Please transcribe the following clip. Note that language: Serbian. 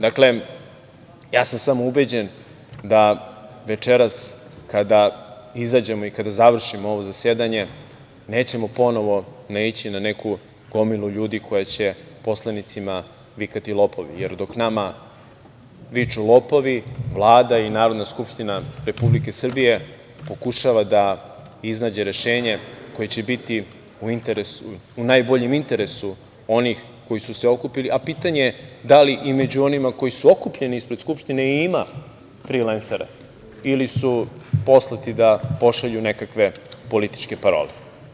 Dakle, ubeđen sam da večeras kada izađemo i kada završimo ovo zasedanje, nećemo ponovo naići na neku gomilu ljudi koja će poslanicima vikati – lopovi, jer dok nama viču lopovi, Vlada i Narodna skupština Republike Srbije pokušava da iznađe rešenje koje će biti u najboljem interesu onih koji su se okupili, a pitanje je da li i među onima koji su okupljenim ispred Skupštine i ima frilensera ili su poslati da pošalju nekakve političke parole.